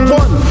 one